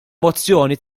mozzjoni